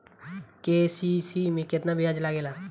KCC में केतना ब्याज लगेला?